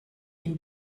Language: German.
ihn